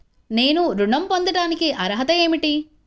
నేను ఋణం పొందటానికి అర్హత ఏమిటి?